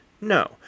No